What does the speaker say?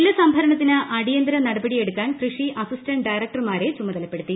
നെല്ല് സംഭരണത്തിന് അടിയന്തര നടപടിയെടുക്കാൻ കൃഷി അസിസ്റ്റന്റ് ഡയറക്ടർമാരെ ചുമതലപ്പെടുത്തി